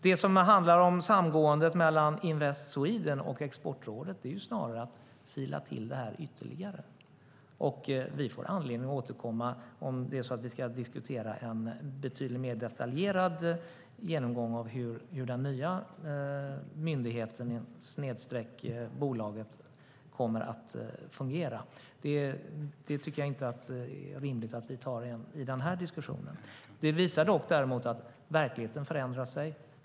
Det som handlar om samgående mellan Invest Sweden och Exportrådet är snarare att fila till det ytterligare. Vi får anledning att återkomma om det är så att vi ska diskutera en betydligt mer detaljerad genomgång av hur den nya myndigheten eller bolaget kommer att fungera. Det är det inte rimligt att vi tar i den här diskussionen. Verkligheten förändrar sig.